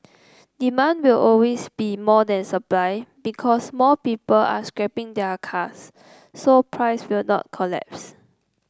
demand will always be more than supply because more people are scrapping their cars so price will not collapse